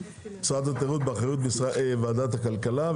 משרד התיירות באחריות ועדת הכלכלה,